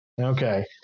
Okay